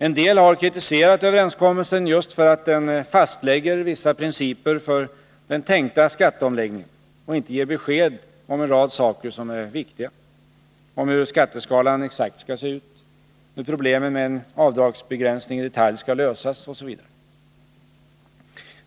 En del har kritiserat överenskommelsen för att den just fastlägger vissa principer för den tänkta skatteomläggningen och inte ger besked om en rad saker som är viktiga: exakt hur skatteskalan skall se ut, hur problemen med en avdragsbegränsning i detalj skall lösas, osv.